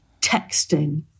texting